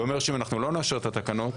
כלומר אם לא נאשר את התקנות,